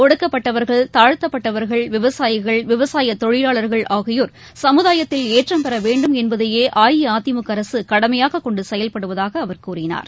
ஒடுக்கப்பட்டவர்கள் தாழ்த்தப்பட்டவர்கள் விவசாயிகள் விவசாயதொழிவாளர்கள் ஆகியோர் சமுதாயத்தில் ஏற்றம் பெறவேண்டும் என்பதைஅஇஅதிமுகஅரசுகடமையாககொண்டுசெயல்படுவதாகஅவர் கூறினார்